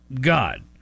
God